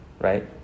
right